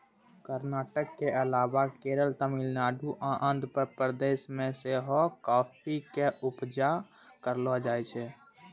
कर्नाटक के अलावा केरल, तमिलनाडु आरु आंध्र प्रदेश मे सेहो काफी के उपजा करलो जाय छै